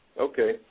Okay